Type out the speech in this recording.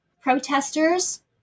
protesters